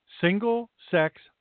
Single-Sex